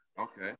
Okay